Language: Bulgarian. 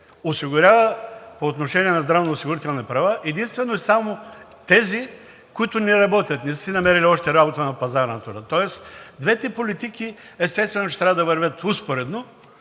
осигурява по отношение на здравноосигурителни права единствено и само тези, които не работят, не са си намерили още работа на пазара на труда. Тоест двете политики, естествено, че трябва да вървят успоредно,